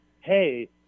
hey